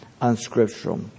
unscriptural